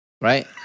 right